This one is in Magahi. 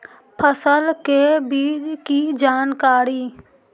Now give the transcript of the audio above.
फसल के बीज की जानकारी?